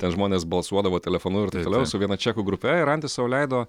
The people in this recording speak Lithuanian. ten žmonės balsuodavo telefonu ir taip toliau su viena čekų grupe ir antis sau leido